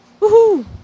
Woohoo